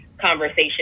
conversation